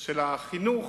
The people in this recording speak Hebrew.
של החינוך,